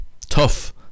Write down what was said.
Tough